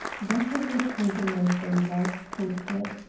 that is a point in my favour, thought brett.